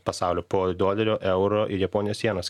pasaulio po dolerio euro ir japonijos jenos